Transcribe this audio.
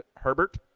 Herbert